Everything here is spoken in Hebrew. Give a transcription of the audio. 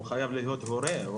הוא חייב להיות הורה,